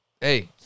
Hey